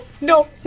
no